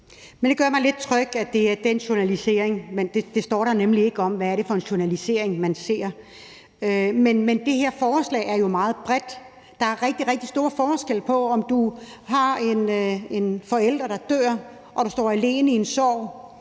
Det gør mig lidt tryg, at det er den journalisering. Der står nemlig ikke noget om, hvad det er for en journalisering, man ser. Men det her forslag er jo meget bredt. Der er rigtig, rigtig stor forskel på, om du har en forælder, der dør, og du står alene i sorgen,